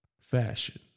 fashion